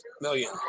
million